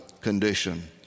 condition